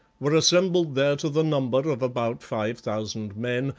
were assembled there to the number of about five thousand men,